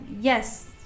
yes